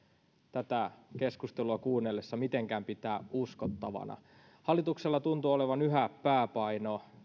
tätä keskustelua kuunnellessa mitenkään pitää uskottavana hallituksella tuntuu olevan yhä pääpaino